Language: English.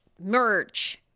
Merch